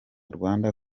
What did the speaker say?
rwanda